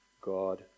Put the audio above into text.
God